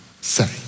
say